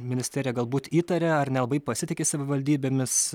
ministerija galbūt įtarė ar nelabai pasitiki savivaldybėmis